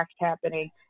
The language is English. happening